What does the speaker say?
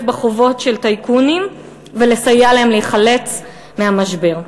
בחובות של טייקונים ולסייע להם להיחלץ מהמשבר.